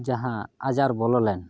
ᱡᱟᱦᱟᱸ ᱟᱡᱟᱨ ᱵᱚᱞᱚ ᱞᱮᱱ